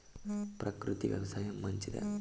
ప్రకృతి వ్యవసాయం మంచిదా?